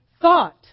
thought